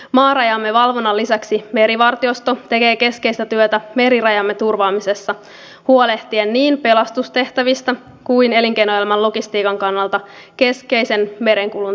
maarajamme valvonnan lisäksi merivartiosto tekee keskeistä työtä merirajamme turvaamisessa huolehtien niin pelastustehtävistä kuin elinkeinoelämän logistiikan kannalta keskeisen merenkulun toimintaedellytyksistä